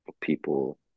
people